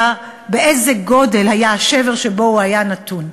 באיזה גודל היה השבר שבו הוא היה נתון.